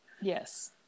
Yes